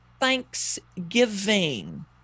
thanksgiving